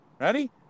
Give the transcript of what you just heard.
Ready